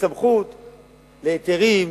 וסמכות להיתרים,